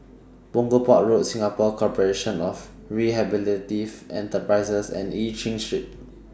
Punggol Port Road Singapore Corporation of Rehabilitative Enterprises and EU Chin Street